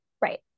Right